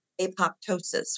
apoptosis